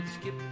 skip